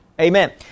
Amen